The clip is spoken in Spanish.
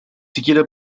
siquiera